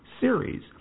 series